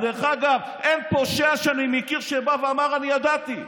דרך אגב, אין פושע שאני מכיר שבא ואמר: אני ידעתי,